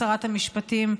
שרת המשפטים,